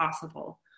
possible